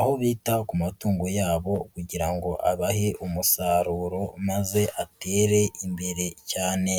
aho bita ku matungo yabo kugira ngo abahe umusaruro maze batere imbere cyane.